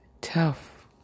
tough